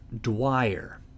dwyer